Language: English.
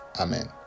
Amen